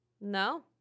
No